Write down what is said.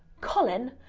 colin,